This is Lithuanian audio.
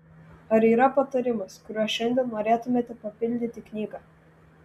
ar yra patarimas kuriuo šiandien norėtumėte papildyti knygą